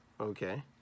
okay